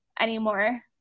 anymore